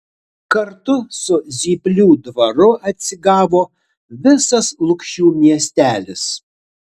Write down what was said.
kartu su zyplių dvaru atsigavo visas lukšių miestelis